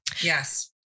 Yes